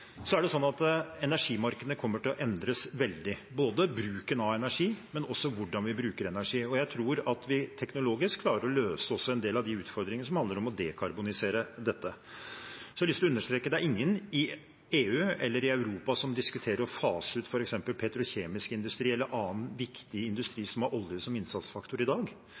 kommer til å endres veldig, bl.a. hvordan vi bruker energi. Jeg tror at vi teknologisk vil klare å løse også en del av de utfordringene som handler om å dekarbonisere dette. Jeg har lyst å understreke at det er ingen i EU eller Europa som diskuterer å fase ut f.eks. petrokjemisk industri eller annen viktig industri som har olje som innsatsfaktor, i dag.